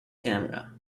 camera